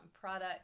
products